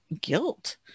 guilt